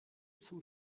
zum